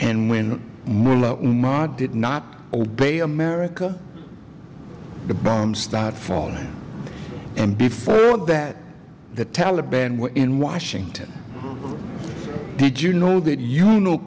modded not obey america the bombs start falling and before that the taliban were in washington did you know that you know